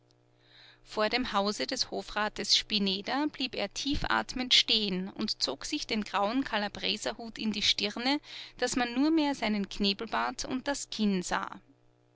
vor dem hause des hofrates spineder blieb er tiefatmend stehen und zog sich den grauen kalabreserhut in die stirne daß man nur mehr seinen knebelbart und das kinn sah